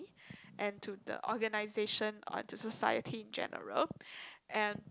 and to the organization or to society in general and